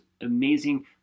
amazing